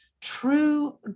true